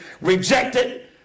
rejected